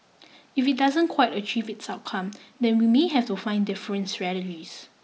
if it doesn't quite achieve its outcome then we may have to find different strategies